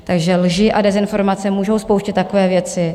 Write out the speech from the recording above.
Takže lži a dezinformace můžou spouštět takové věci.